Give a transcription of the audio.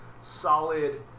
solid